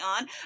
on